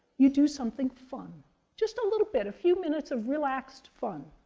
you do something fun just a little bit, a few minutes of relaxed fun.